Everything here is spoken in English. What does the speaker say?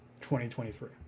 2023